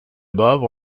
above